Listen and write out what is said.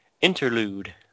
Interlude